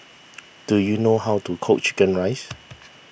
do you know how to cook Chicken Rice